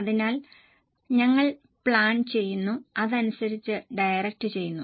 അതിനാൽ ഞങ്ങൾ പ്ലാൻ ചെയ്യുന്നു അതനുസരിച്ചു ഡയറക്റ്റ് ചെയ്യുന്നു